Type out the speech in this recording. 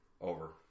Over